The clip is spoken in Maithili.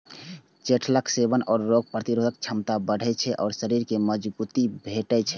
चठैलक सेवन सं रोग प्रतिरोधक क्षमता बढ़ै छै आ शरीर कें मजगूती भेटै छै